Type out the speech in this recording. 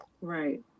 Right